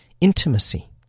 intimacy